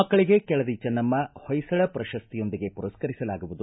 ಮಕ್ಕಳಗೆ ಕೆಳದಿ ಚೆನ್ನಮ್ಮಾ ಹೊಯ್ಲಳ ಪ್ರಶಸ್ತಿಯೊಂದಿಗೆ ಪುರಸ್ಕರಿಸಲಾಗುವುದು